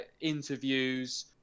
interviews